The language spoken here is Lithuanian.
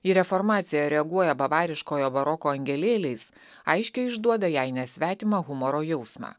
į reformaciją reaguoja bavariškojo baroko angelėliais aiškiai išduoda jai nesvetimą humoro jausmą